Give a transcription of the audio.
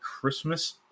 Christmas